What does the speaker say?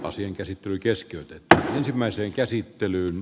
asian käsittely keskeytetään